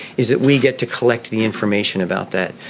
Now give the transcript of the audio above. is it? we get to collect the information about that,